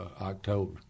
October